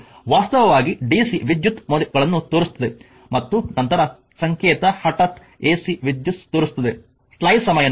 3 ವಾಸ್ತವವಾಗಿ ಡಿಸಿ ವಿದ್ಯುತ್ ಮೌಲ್ಯಗಳನ್ನು ತೋರಿಸುತ್ತದೆ ಮತ್ತು ನಂತರ ಸಂಕೇತ ಹಠಾತ್ ಎಸಿ ವಿದ್ಯುತ್ ತೋರಿಸುತ್ತದೆ